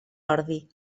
ordi